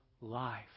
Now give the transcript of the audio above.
life